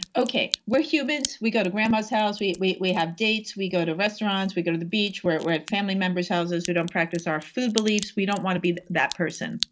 okay. we're humans, we go to grandma's house, we we have dates, we go to restaurants, we go to the beach, we're at we're at family member's houses who don't practice our food beliefs, we don't want to be that person.